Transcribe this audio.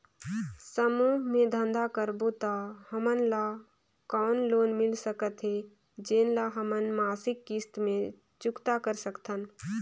समूह मे धंधा करबो त हमन ल कौन लोन मिल सकत हे, जेन ल हमन मासिक किस्त मे चुकता कर सकथन?